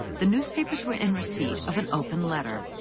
the newspapers were in receipt of an open letter,